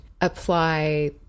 apply